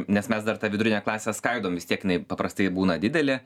nes mes dar tą vidurinę klasę skaidom vis tiek jinai paprastai būna didelė